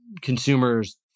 consumers